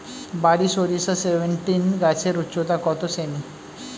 বারি সরিষা সেভেনটিন গাছের উচ্চতা কত সেমি?